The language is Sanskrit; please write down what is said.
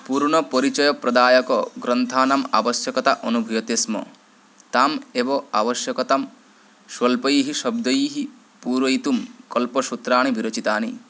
पूर्णपरिचयप्रदायकग्रन्थानाम् आवश्यकता अनुभूयते स्म ताम् एव आवश्यकतां स्वल्पैः शब्दैः पूरयितुं कल्पसूत्राणि विरचितानि